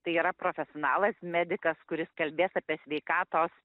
tai yra profesionalas medikas kuris kalbės apie sveikatos